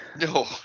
No